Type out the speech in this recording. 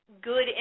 good